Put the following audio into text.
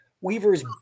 Weaver's